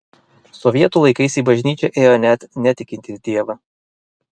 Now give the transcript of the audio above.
sovietų laikais į bažnyčią ėjo net netikintys dievą